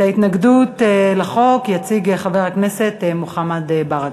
ההתנגדות לחוק יציג חבר הכנסת מוחמד ברכה.